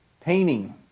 painting